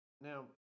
now